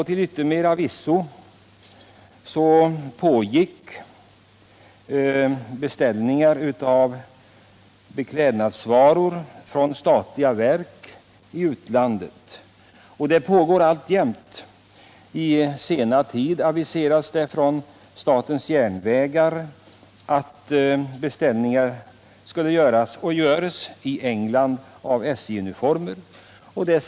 Till yttermera visso gjorde statliga verk beställningar av beklädnadsvaror i utlandet, och det sker alltjämt. På senare tid har statens järnvägar aviserat att beställningar av SJ-uniformer skall göras — det görs f. ö. redan nu —- i England.